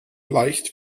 leicht